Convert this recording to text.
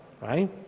right